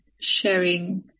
sharing